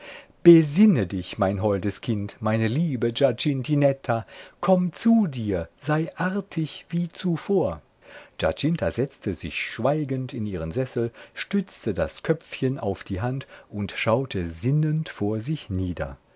besinne dich mein holdes kind meine liebe giacintinetta komm zu dir sei artig wie zuvor giacinta setzte sich schweigend in ihren sessel stützte das köpfchen auf die hand und schaute sinnend vor sich nieder